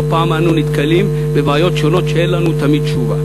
לא פעם אנו נתקלים בבעיות שונות ואין לנו תמיד תשובה,